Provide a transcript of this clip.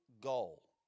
goal